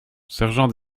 sergent